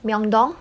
myeongdong